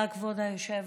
תודה, כבוד היושב-ראש.